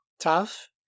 Tough